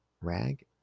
rag